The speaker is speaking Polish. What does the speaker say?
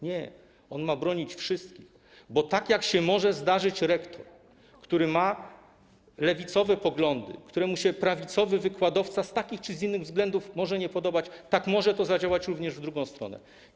Nie, on ma bronić wszystkich, bo tak jak może się zdarzyć rektor, który ma lewicowe poglądy, któremu prawicowy wykładowca z takich czy z innych względów może się nie podobać, tak może to zadziałać również w drugą stronę.